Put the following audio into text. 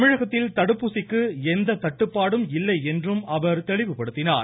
தமிழகத்தில் தடுப்பூசிக்கு எந்த தட்டுப்பாடும் இல்லை என்றும் அவர் தெளிவுபடுத்தினார்